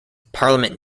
parliament